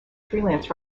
freelance